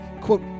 quote